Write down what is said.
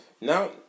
now